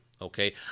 okay